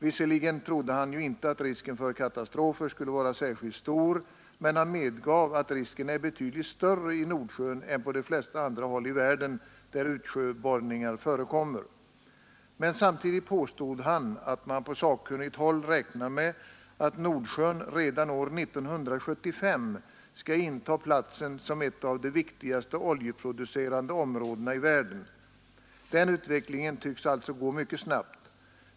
Visserligen trodde han ju inte att risken för katastrofer skulle vara särskilt stor, men han medgav att risken är betydligt större i Nordsjön än på de flesta håll i världen där utsjöborrningar förekommer. Men samtidigt påstod han att man på sakkunnigt håll räknar med att Nordsjön redan år 1975 skall inta platsen som ett av de viktigaste oljeproducerande områdena i världen. Den utvecklingen tycks alltså gå mycket snabbt.